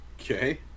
Okay